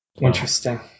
Interesting